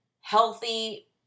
healthy